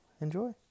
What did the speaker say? Enjoy